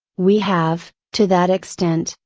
we have, to that extent,